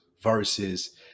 versus